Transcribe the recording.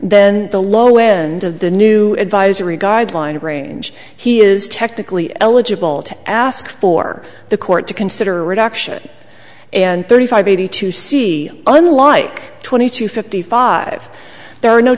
then the low end of the new advisory guideline range he is technically eligible to ask for the court to consider reduction and thirty five eighty to see unlike twenty two fifty five there are no